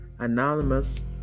Anonymous